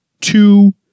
two